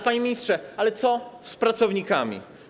Panie ministrze, ale co z pracownikami?